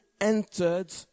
entered